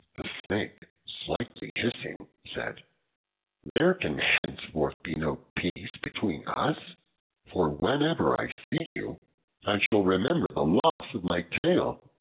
the snake, slightly hissing, said there can henceforth be no peace between us for whenever i see you i shall remember the loss of my tail,